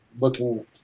looking